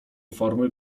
formy